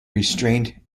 restrained